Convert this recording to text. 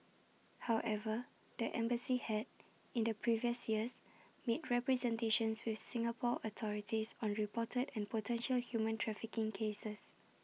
however the embassy had in the previous years made representations with Singapore authorities on reported and potential human trafficking cases